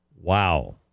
wow